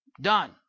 Done